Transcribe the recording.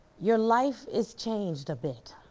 your life is changed a bit.